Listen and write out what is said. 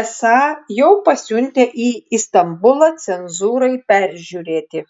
esą jau pasiuntę į istambulą cenzūrai peržiūrėti